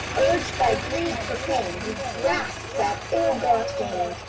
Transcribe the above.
urged by greed profane, he grasps at ill-got gain,